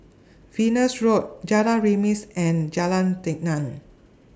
Venus Road Jalan Remis and Jalan Tenang